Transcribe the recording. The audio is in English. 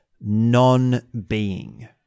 non-being